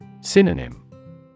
Synonym